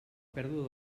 pèrdua